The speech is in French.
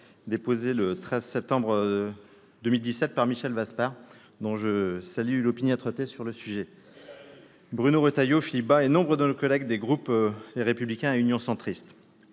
déposée le 13 septembre 2017 par Michel Vaspart, dont je salue l'opiniâtreté, ... Il a raison !... Bruno Retailleau, Philippe Bas et nombre de nos collègues des groupes Les Républicains et Union Centriste.